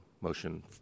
motion